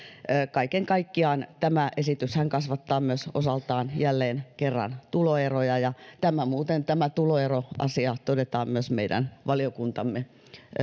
kaiken kaikkiaan tämä esityshän kasvattaa osaltaan myös jälleen kerran tuloeroja ja tämä tuloeroasia todetaan myös meidän valiokuntamme